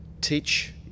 teach